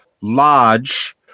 large